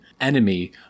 enemy